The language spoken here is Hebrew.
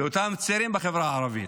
לאותם צעירים בחברה הערבית.